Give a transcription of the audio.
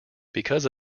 because